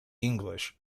english